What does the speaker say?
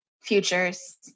futures